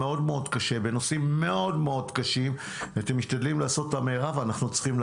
ובכל זאת, אתה סדר גודל של 10% מהבדיקה, שזה לא